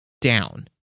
down